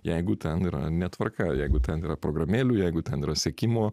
jeigu ten yra netvarka jeigu ten yra programėlių jeigu ten yra sekimo